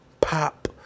pop